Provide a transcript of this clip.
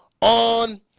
on